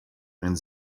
and